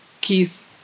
keys